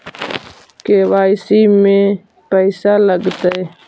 KYC में पैसा लगतै?